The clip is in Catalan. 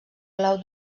clau